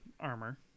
armor